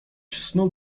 snu